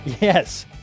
Yes